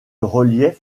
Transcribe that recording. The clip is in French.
relief